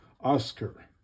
Oscar